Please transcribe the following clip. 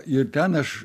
ir ten aš